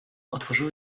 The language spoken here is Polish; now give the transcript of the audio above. otworzyły